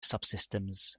subsystems